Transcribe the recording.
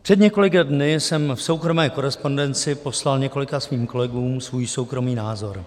Před několika dny jsem v soukromé korespondenci poslal několika svým kolegům svůj soukromý názor.